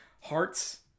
hearts